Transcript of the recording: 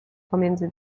pomiędzy